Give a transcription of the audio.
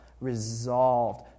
resolved